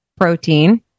protein